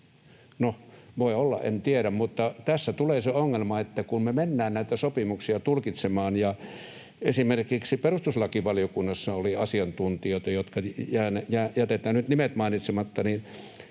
No, voi olla, en tiedä, mutta tässä tulee se ongelma, kun me mennään näitä sopimuksia tulkitsemaan. Esimerkiksi perustuslakivaliokunnassa oli asiantuntijoita — jätetään nyt nimet mainitsematta —